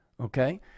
okay